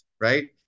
right